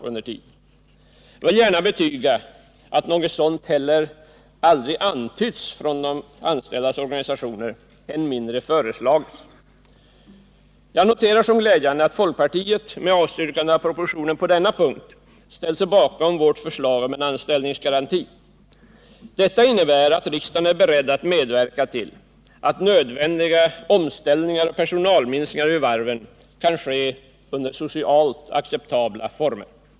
Jag vill gärna betyga att något sådant heller aldrig antytts från de anställdas organisationer, än mindre föreslagits. Jag noterar som glädjande att folkpartiet, med avstyrkande av propositionen på denna punkt, ställt sig bakom vårt förslag om en anställningsgaranti. Detta innebär, att riksdagen är beredd medverka till att nödvändiga omställningar och personalminskningar vid varven kan ske under socialt acceptabla former.